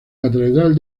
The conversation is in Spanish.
catedral